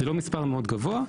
זה לא מספר מאוד גבוה.